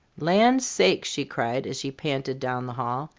land sakes! she cried as she panted down the hall.